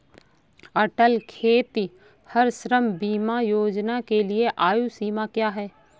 अटल खेतिहर श्रम बीमा योजना के लिए आयु सीमा क्या है?